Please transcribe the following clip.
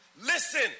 Listen